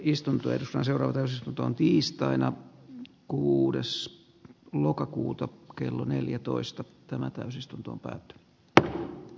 istunto josta seuraa täysistuntoon tiistaina kuudes lokakuuta kello neljätoista tämä täysistunto päät yksi näistä